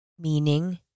meaning